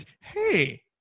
Hey